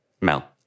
Mel